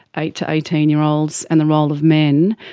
eight to eighteen year olds, and the role of men.